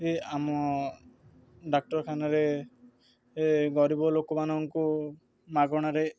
ଏ ଆମ ଡାକ୍ତରଖାନାରେ ଗରିବ ଲୋକମାନଙ୍କୁ ମାଗଣାରେ